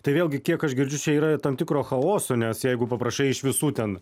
tai vėlgi kiek aš girdžiu čia yra tam tikro chaoso nes jeigu paprašai iš visų ten